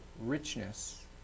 richness